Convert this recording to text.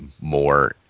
more